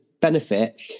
benefit